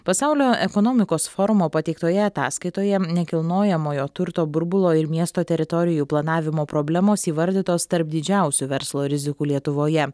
pasaulio ekonomikos forumo pateiktoje ataskaitoje nekilnojamojo turto burbulo ir miesto teritorijų planavimo problemos įvardytos tarp didžiausių verslo rizikų lietuvoje